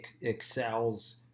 excels